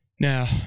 Now